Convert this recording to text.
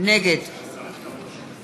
נגד